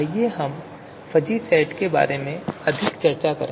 आइए हम fuzzy set के बारे में अधिक चर्चा करें